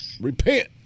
Repent